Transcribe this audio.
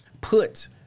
put